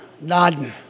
Nodding